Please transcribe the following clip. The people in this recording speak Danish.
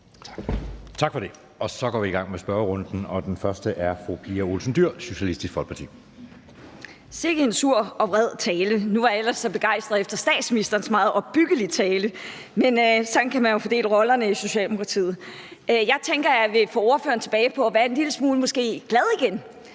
Tak for det. Så går vi i gang med spørgerunden, og den første er fru Pia Olsen Dyhr, Socialistisk Folkeparti. Kl. 09:48 Pia Olsen Dyhr (SF): Sikken en sur og vred tale. Nu var jeg ellers så begejstret efter statsministerens meget opbyggelige tale, men sådan kan man jo fordele rollerne i Socialdemokratiet. Jeg tænker, at jeg vil få ordføreren tilbage til måske at blive en lille smule glad igen.